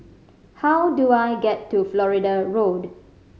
how do I get to Florida Road